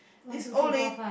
this old lady